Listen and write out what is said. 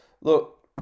Look